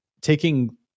taking